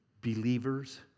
believers